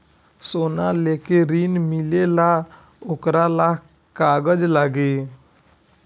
सोना लेके ऋण मिलेला वोकरा ला का कागज लागी?